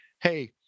Hey